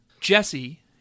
Jesse